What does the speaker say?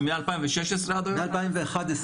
מ-2011.